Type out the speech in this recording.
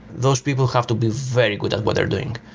those people have to be very good at what they're doing,